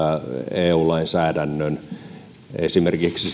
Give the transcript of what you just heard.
eu lainsäädännön esimerkiksi